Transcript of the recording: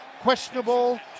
questionable